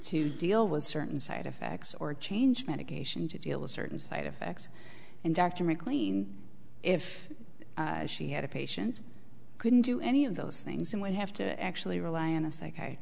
to deal with certain side effects or change medication to deal with certain side effects and dr mclean if she had a patient couldn't do any of those things and would have to actually rely o